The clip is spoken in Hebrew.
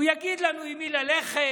הוא יגיד לנו עם מי ללכת